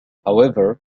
however